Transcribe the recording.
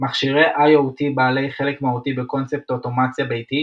מכשירי IoT בעלי חלק מהותי בקונספט אוטומציה ביתית,